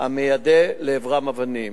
המיידה לעברם אבנים.